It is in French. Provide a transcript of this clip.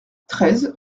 treize